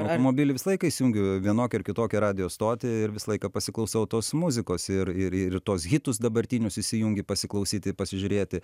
automobily visą laiką įsijungiu vienokią ar kitokią radijo stotį ir visą laiką pasiklausau tos muzikos ir ir ir tuos hitus dabartinius įsijungi pasiklausyti pasižiūrėti